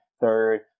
third